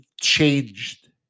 changed